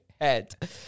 head